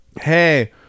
hey